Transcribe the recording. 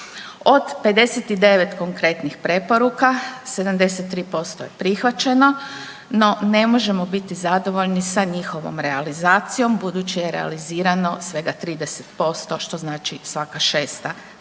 Od 59 konkretnih preporuka, 73% je prihvaćeno, no ne možemo biti zadovoljni sa njihovom realizacijom budući je realizirano svega 30% što znači svaka šesta preporuka.